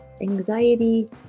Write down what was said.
Anxiety